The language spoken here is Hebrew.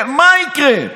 מה יקרה?